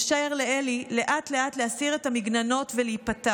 אפשר לאלי לאט-לאט להסיר את המגננות ולהיפתח.